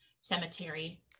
cemetery